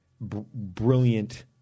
brilliant